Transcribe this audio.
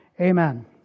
Amen